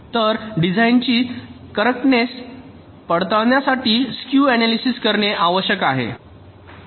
तर डिझाइनची कॅरेकटनेस पडताळण्यासाठी स्क्यू ऍनालीसिस करणे आवश्यक आहे